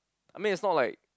I mean it's not like